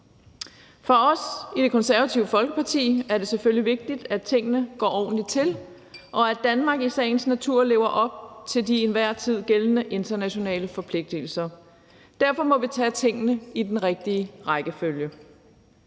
For os i Det Konservative Folkeparti er det selvfølgelig vigtigt, at tingene går ordentligt til, og at Danmark i sagens natur lever op til de til enhver tid gældende internationale forpligtelser. Derfor må vi tage tingene i den rigtige rækkefølge.